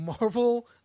Marvel